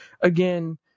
again